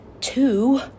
two